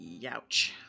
Youch